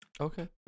Okay